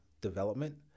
development